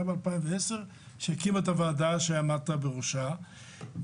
ב-2010 שהקימה את הוועדה שעמדת בראשה.